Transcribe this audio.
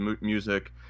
music